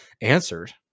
answered